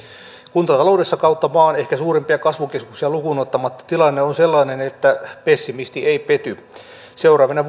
kuntataloudessa kautta maan ehkä suurimpia kasvukeskuksia lukuun ottamatta tilanne on sellainen että pessimisti ei pety seuraavina